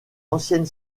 ancienne